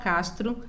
Castro